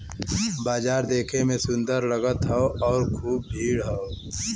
बाजार देखे में सुंदर लगत हौ आउर खूब भीड़ हौ